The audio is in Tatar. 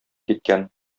киткән